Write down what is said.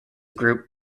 group